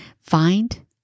Find